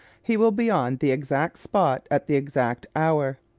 he will be on the exact spot at the exact hour.